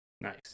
Nice